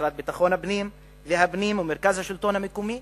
המשרד לביטחון הפנים ומרכז השלטון המקומי,